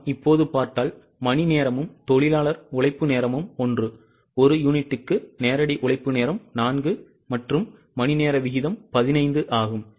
நாம் இப்போது பார்த்தால் மணி நேரமும் தொழிலாளர் உழைப்பு நேரமும் ஒன்று ஒரு யூனிட்டுக்கு நேரடி உழைப்பு நேரம் 4 மற்றும் மணிநேர வீதம் 15 ஆகும்